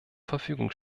verfügung